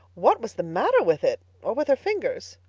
what was the matter with it or with her fingers?